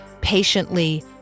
patiently